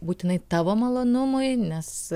būtinai tavo malonumui nes